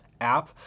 App